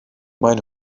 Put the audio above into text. maen